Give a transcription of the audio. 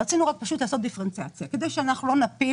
רצינו רק לעשות דיפרנציאציה כדי שלא נפיל